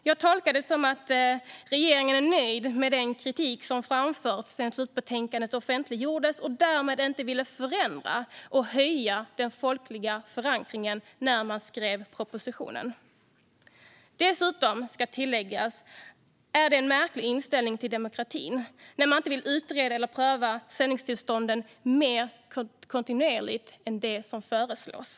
Jag tolkar det som att regeringen är nöjd med den kritik som framförts sedan slutbetänkandet offentliggjordes och därmed inte ville förändra och höja den folkliga förankringen när den skrev propositionen. Dessutom vill jag tillägga att det är en märklig inställning till demokratin när man inte vill utreda eller pröva sändningstillstånden mer kontinuerligt än det som föreslås.